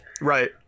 Right